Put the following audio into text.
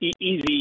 easy